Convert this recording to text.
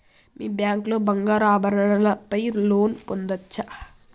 మీ bank లో బంగారు ఆభరణాల పై లోన్ పొందచ్చా?